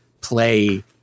play